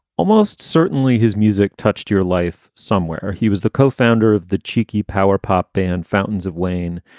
almost certainly his music touched your life somewhere. he was the co-founder of the cheeky power pop band fountains of wayne.